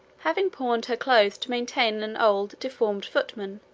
having pawned her clothes to maintain an old deformed footman,